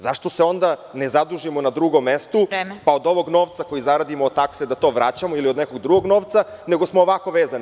Zašto se onda ne zadužimo na drugom mestu… (Predsedavajuća: Vreme.) … pa od ovog novca koji zaradimo od takse da to vraćamo, ili od nekog drugog novca, nego smo ovako vezani.